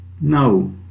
No